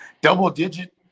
double-digit